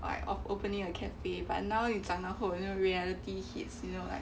like opening a cafe but now 你长大后 reality hits you know like